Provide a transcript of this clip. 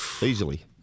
easily